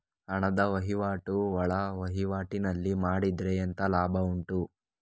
ಹಣದ ವಹಿವಾಟು ಒಳವಹಿವಾಟಿನಲ್ಲಿ ಮಾಡಿದ್ರೆ ಎಂತ ಲಾಭ ಉಂಟು?